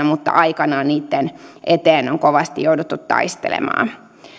mutta aikanaan niitten eteen on kovasti jouduttu taistelemaan